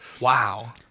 Wow